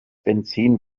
benzin